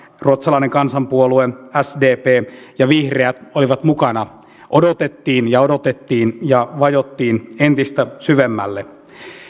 ruotsalainen kansanpuolue sdp ja vihreät olivat mukana odotettiin ja odotettiin ja vajottiin entistä syvemmälle